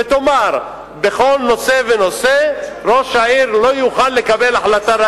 ותאמר: בכל נושא ונושא ראש העיר לא יוכל לקבל החלטה,